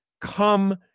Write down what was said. come